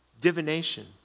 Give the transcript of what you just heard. divination